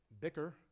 bicker